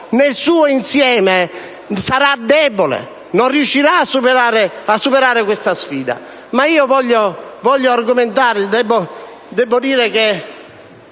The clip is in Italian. nel suo insieme sarà debole e non riuscirà a superare questa sfida. Ma io voglio argomentare. Debbo dire che